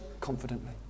Confidently